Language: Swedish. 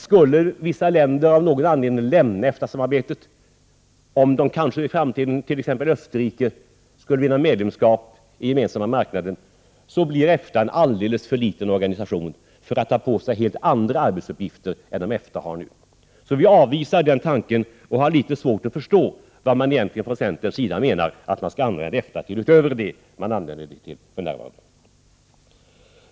Skulle vissa länder av någon anledning, t.ex. Österrike, lämna EFTA samarbetet, om de skulle vinna medlemskap i den gemensamma marknaden, blir EFTA en alldeles för liten organisation för att ta på sig helt andra arbetsuppgifter än de uppgifter som organisationen har i dag. Utskottsmajoriteten avvisar alltså denna tanke och har litet svårt att förstå vad man från centerns sida menar att EFTA skall användas till, utöver det som EFTA används till för närvarande.